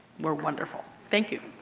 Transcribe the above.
we are wonderful. thank you.